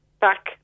back